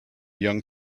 young